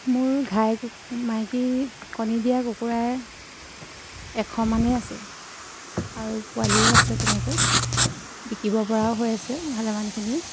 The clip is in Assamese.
মোৰ ঘাই কু মাইকী কণী দিয়া কুকুৰাই এশ মানেই আছে আৰু পোৱালিও আছে তেনেকৈ বিকিব পৰাও হৈ আছে ভালেমানখিনিয়ে